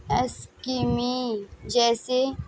اسکیمی جیسے